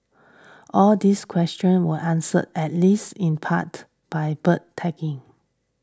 all these questions answered at least in part by bird tagging